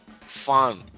fun